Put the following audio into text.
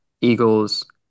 Eagles